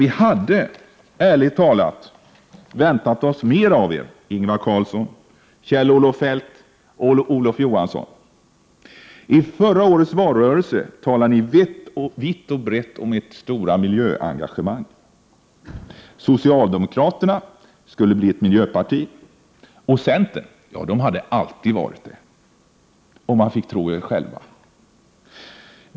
Vi hade, ärligt talat, väntat oss mer av er, Ingvar Carlsson, Kjell-Olof Feldt och Olof Johansson! I förra årets valrörelse talade ni vitt och brett om ert stora miljöengagemang. Socialdemokraterna skulle bli ett miljöparti och centern hade alltid varit det, om man fick tro er själva.